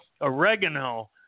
oregano